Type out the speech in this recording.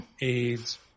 AIDS